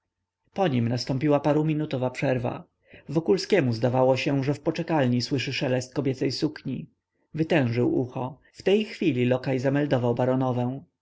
po nim nastąpiła paruminutowa przerwa wokulskiemu zdawało się że w poczekalni słyszy szelest kobiecej sukni wytężył ucho w tej chwili lokaj zameldował baronowę